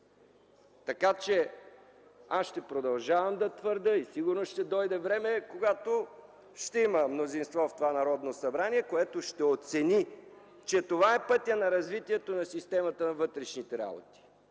уредба. Аз ще продължавам да твърдя и сигурно ще дойде време, когато ще има мнозинство в това Народно събрание, което ще оцени, че това е пътят за развитието на системата във вътрешните работи.